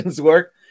work